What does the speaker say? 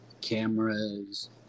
cameras